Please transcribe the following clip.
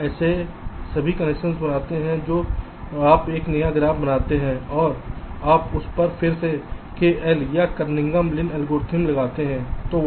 आप ऐसे सभी कनेक्शन बनाते हैं जो आप एक नया ग्राफ बनाते हैं और आप उस पर फिर से K L या Kernighan Lin एल्गोरिथ्म चलाते हैं